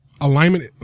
Alignment